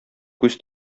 күз